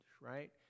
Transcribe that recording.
right